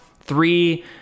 Three